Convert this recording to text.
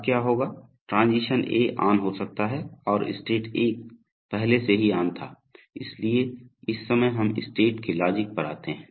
अब क्या होगा ट्रांजीशन ए ऑन हो जाता है और स्टेट 1 पहले से ही ऑन था इसलिए इस समय हम स्टेट के लॉजिक पर आते हैं